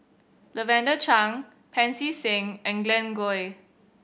Lavender Chang Pancy Seng and Glen Goei